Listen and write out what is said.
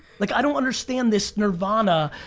like i don't understand this nirvana,